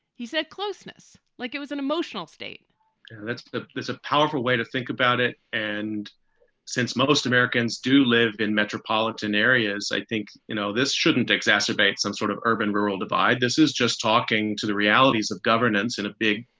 he said closeness like it was an emotional state that's ah a powerful way to think about it. and since most americans do live in metropolitan areas, i think, you know, this shouldn't exacerbate some sort of urban rural divide. this is just talking to the realities of governance in a big,